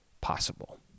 possible